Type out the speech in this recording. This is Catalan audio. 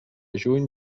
juny